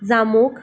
জামুক